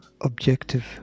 objective